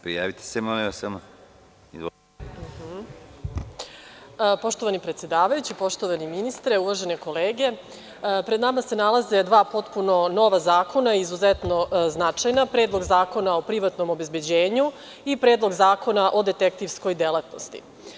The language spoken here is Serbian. Poštovani predsedavajući, poštovani ministre, uvažene kolege, pred nama se nalaze dva potpuno nova zakona, izuzetno značajna, Predlog zakona o privatnom obezbeđenju i Predlog zakona o detektivskoj delatnosti.